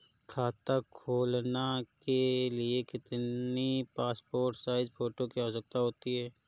खाता खोलना के लिए कितनी पासपोर्ट साइज फोटो की आवश्यकता होती है?